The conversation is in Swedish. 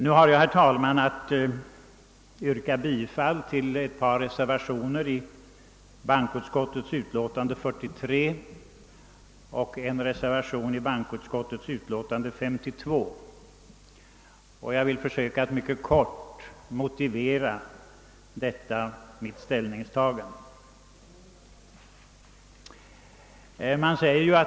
Nu har jag, herr talman, att yrka bifall till ett par reservationer i bankoutskottets utlåtande nr 43 och en reservation i bankoutskottets utlåtande nr 532. Jag vill här försöka att mycket kort motivera detta mitt ställningstagande.